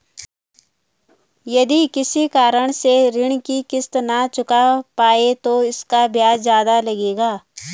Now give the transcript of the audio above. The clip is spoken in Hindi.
यदि किसी कारण से ऋण की किश्त न चुका पाये तो इसका ब्याज ज़्यादा लगेगा?